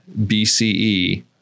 BCE